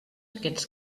aquests